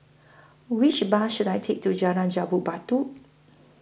Which Bus should I Take to Jalan Jambu Batu